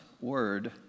word